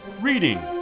Reading